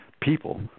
people